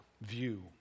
view